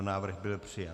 Návrh byl přijat.